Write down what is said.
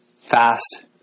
Fast